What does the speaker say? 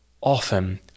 often